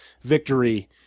victory